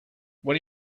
what